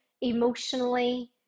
emotionally